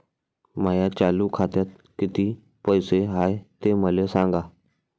माया चालू खात्यात किती पैसे हाय ते मले सांगा